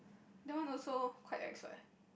that one also quite ex what